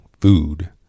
Food